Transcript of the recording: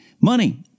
money